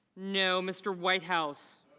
no. mr. whitehouse